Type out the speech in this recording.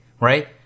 right